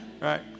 right